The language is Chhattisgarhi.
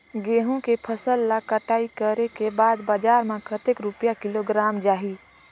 गंहू के फसल ला कटाई करे के बाद बजार मा कतेक रुपिया किलोग्राम जाही?